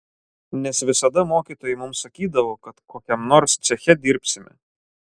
nes visada mokytojai mums sakydavo kad kokiam nors ceche dirbsime